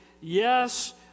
yes